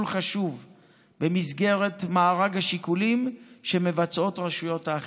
חשוב במסגרת מארג השיקולים של רשויות האכיפה.